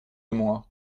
moi